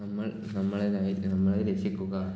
നമ്മൾ നമ്മളേതായിട്ട് നമ്മളെ രക്ഷിക്കുക